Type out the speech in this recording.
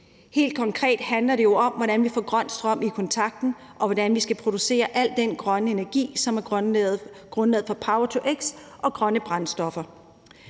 Helt konkret handler det jo om, hvordan vi får grøn strøm i kontakten, og hvordan vi skal producere al den grønne energi, som er grundlaget for power-to-x og grønne brændstoffer.